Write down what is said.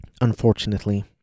unfortunately